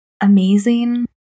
amazing